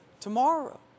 tomorrow